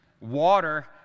Water